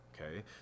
Okay